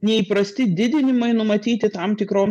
neįprasti didinimai numatyti tam tikrom